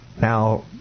Now